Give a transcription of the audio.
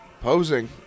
Posing